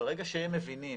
ברגע שהם מבינים